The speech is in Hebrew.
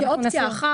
כאמור,